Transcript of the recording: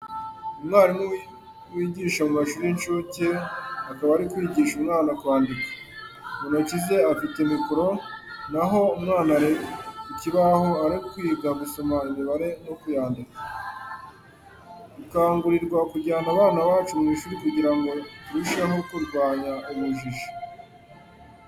Umwarimu wigisha mu mashuri y'incuke, akaba ari kwigisha umwana kwandika. Mu ntoki ze afite mikoro na ho umwana ari ku kibaho aho ari kwiga gusoma imibare no kuyandika. Dukangurirwa kujyana abana bacu mu ishuri kugira ngo turusheho kurwanya ubujiji.